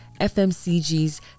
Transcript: FMCGs